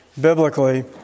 biblically